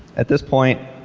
at this point